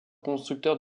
constructeurs